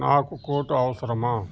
నాకు కోటు అవసరమా